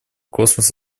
космос